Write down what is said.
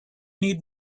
need